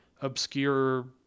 obscure